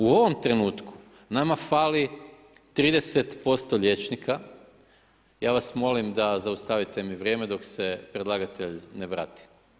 U ovom trenutku nama fali 30% liječnika, ja vas molim da mi vratite vrijeme dok se predlagatelj ne vrati.